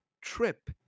trip